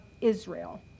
Israel